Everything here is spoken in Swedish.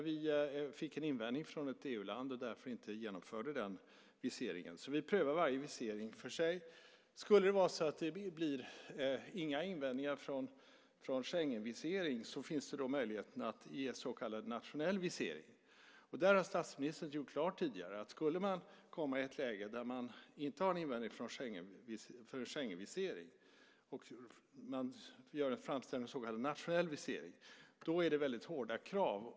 Vi fick en invändning från ett EU-land och genomförde därför inte den viseringen. Vi prövar varje visering för sig. Om det inte blir några invändningar för Schengenvisering finns möjligheten att ge så kallad nationell visering. Där har statsministern gjort klart att om man kommer i ett läge där man inte har någon invändning för en Schengenvisering och gör en framställning om en nationell visering är det väldigt hårda krav.